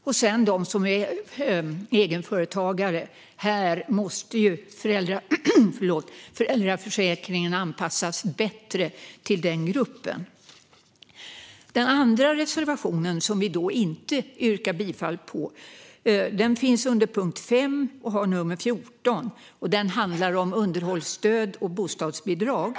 Föräldraförsäkringen måste också anpassas bättre till egenföretagare. Den andra reservationen, som vi inte yrkar bifall till, finns under punkt 5 och har nr 14. Den handlar om underhållsstöd och bostadsbidrag.